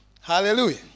Hallelujah